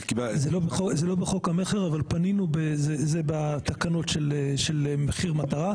זה לא בחוק המכר, זה בתקנות של מחיר מטרה.